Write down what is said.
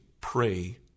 pray